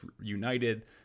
united